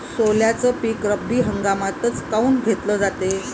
सोल्याचं पीक रब्बी हंगामातच काऊन घेतलं जाते?